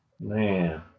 Man